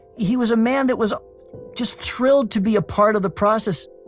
he was a man that was just thrilled to be a part of the process